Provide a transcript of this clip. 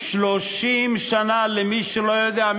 30 שנה, למי שלא יודע.